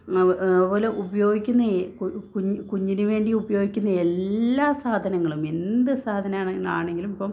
അതുപോലെ ഉപയോഗിക്കുന്ന കുഞ്ഞിനുവേണ്ടി ഉപയോഗിക്കുന്ന എല്ലാ സാധനങ്ങളും എന്ത് സാധനാണ് ആണെങ്കിലും ഇപ്പം